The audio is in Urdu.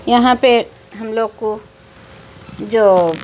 یہاں پہ ہم لوگ کو جو